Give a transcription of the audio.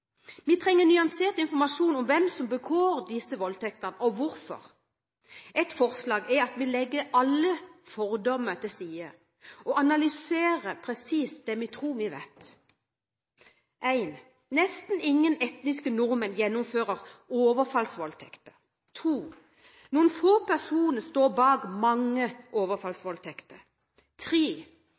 Vi trenger nyansert informasjon om hvem som begår disse voldtektene, og hvorfor. Et forslag er at vi legger alle fordommer til side og analyserer presist det vi tror vi vet: Nesten ingen etniske nordmenn gjennomfører overfallsvoldtekter. Noen få personer står bak mange overfallsvoldtekter.